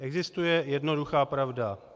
Existuje jednoduchá pravda.